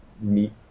meet